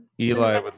Eli